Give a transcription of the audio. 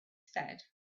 said